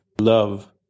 love